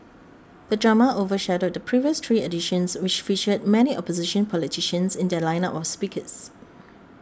the drama overshadowed the previous three editions which featured many opposition politicians in their lineup of speakers